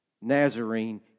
Nazarene